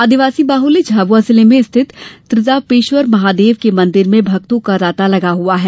आदिवासी बाहुल्य झाबुआ जिले में स्थित त्रितापेश्वर महादेव के मंदिर में भक्तों का तांता लगा हुआ है